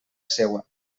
seua